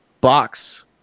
box